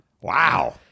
Wow